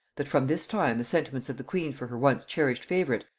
that from this time the sentiments of the queen for her once cherished favorite,